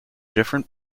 different